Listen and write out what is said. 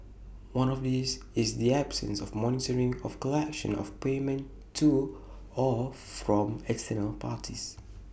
one of these is the absence of monitoring of collection of payment to or from external parties